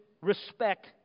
respect